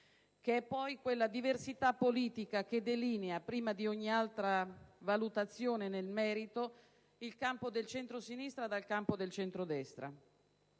tratta di quella diversità politica che delinea, prima di ogni altra valutazione nel merito, il campo del centrosinistra dal campo del centrodestra.